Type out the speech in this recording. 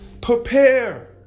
Prepare